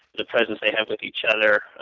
the presence they have with each other.